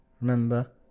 Remember